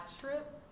trip